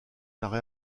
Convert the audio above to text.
arrêt